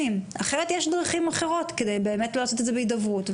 אחרת יש דרכים אחרות כדי באמת לא לעשות את זה בהידברות.